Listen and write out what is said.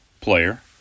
player